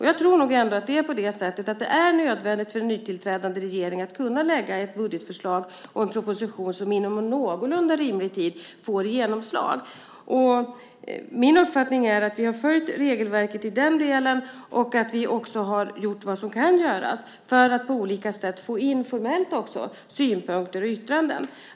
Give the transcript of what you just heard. Jag tror nog ändå att det är nödvändigt för en nytillträdd regering att kunna lägga fram ett budgetförslag och en proposition som inom någorlunda rimlig tid får genomslag. Min uppfattning är att vi har följt regelverket i den delen och att vi också har gjort vad som kan göras för att på olika sätt också formellt få in synpunkter och yttranden.